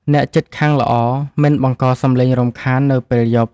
អ្នកជិតខាងល្អមិនបង្កសម្លេងរំខាននៅពេលយប់។